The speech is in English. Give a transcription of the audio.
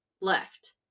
left